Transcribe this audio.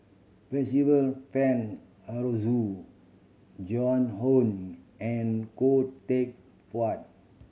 Percival Frank Aroozoo Joan Hon and Khoo Teck Puat